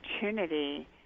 opportunity